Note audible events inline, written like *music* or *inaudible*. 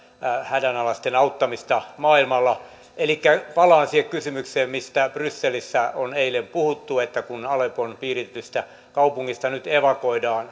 hädänalaisten auttamista maailmalla elikkä palaan siihen kysymykseen mistä brysselissä on eilen puhuttu että kun aleppon piiritetystä kaupungista nyt evakuoidaan *unintelligible*